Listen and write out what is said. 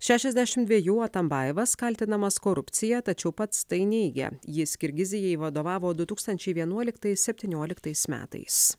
šešiasdešimt dviejų atambajevas kaltinamas korupcija tačiau pats tai neigia jis kirgizijai vadovavo du tūkstančiai vienuoliktais septynioliktais metais